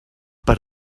per